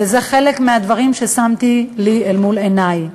וזה אחד מהדברים ששמתי לי אל מול עיני: